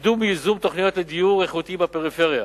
קידום ייזום תוכניות לדיור איכותי בפריפריה,